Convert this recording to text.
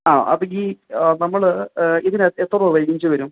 ആ അപ്പേക്കി നമ്മൾ ഇതിന് എ എത്ര രൂപ റേഞ്ച് വരും